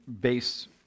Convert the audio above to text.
base